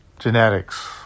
genetics